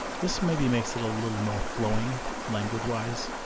this maybe makes it a little more flowing language-wise.